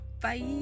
bye